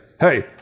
hey